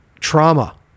Trauma